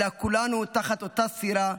אלא כולנו באותה סירה,